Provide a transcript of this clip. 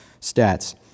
stats